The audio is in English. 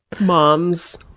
mom's